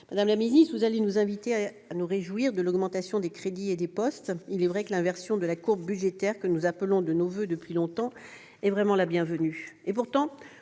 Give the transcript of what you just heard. Madame la ministre, vous allez nous inviter à nous réjouir de l'augmentation des crédits et du nombre de postes. Il est vrai que cette inversion de la courbe budgétaire, que nous appelons de nos voeux depuis longtemps, est bienvenue.